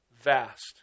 vast